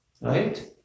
right